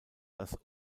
das